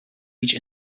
each